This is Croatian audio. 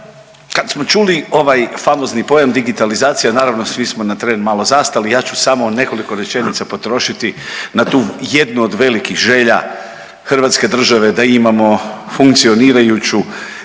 Kad smo čuli ovaj famozni pojam digitalizacija naravno svi smo na tren malo zastali, ja ću samo nekoliko rečenica potrošiti na tu jednu od velikih želja Hrvatske države da imamo funkcionirajuću